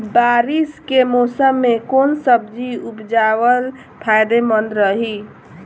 बारिश के मौषम मे कौन सब्जी उपजावल फायदेमंद रही?